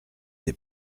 des